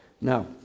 Now